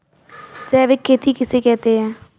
जैविक खेती किसे कहते हैं?